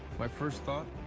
my first thought,